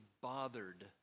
bothered